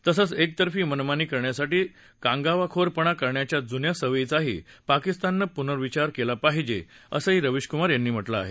तसंच एकतर्फी मनमानी करण्यासाठी कांगावखोरपणा करण्याच्या जुन्या सवयीचाही पाकिस्ताननं पुनर्विचार केला पाहिजे असंही रवीशकुमार यांनी म्हटलं आहे